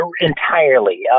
entirely